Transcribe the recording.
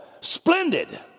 Splendid